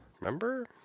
remember